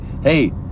hey